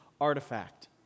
artifact